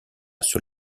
sur